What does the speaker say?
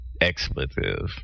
expletive